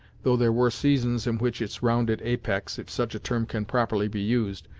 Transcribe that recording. though there were seasons in which its rounded apex, if such a term can properly be used,